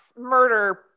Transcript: murder